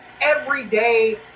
everyday